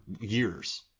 years